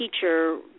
teacher